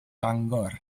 bangor